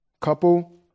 couple